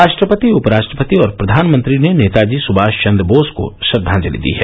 राष्ट्रपति उपराष्ट्रपति और प्रधानमंत्री ने नेताजी सुभाष चन्द्र बोस को श्रद्धाजंलि दी है